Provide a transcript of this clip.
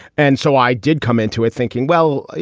and so i did come into it thinking, well,